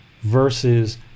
versus